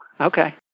Okay